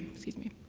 excuse me.